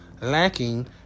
lacking